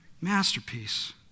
Masterpiece